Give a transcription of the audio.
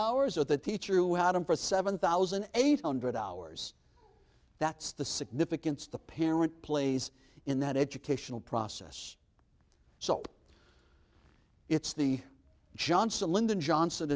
hours or the teacher who had them for seven thousand eight hundred hours that's the significance the parent plays in that educational process so it's the johnson lyndon johnson